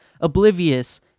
oblivious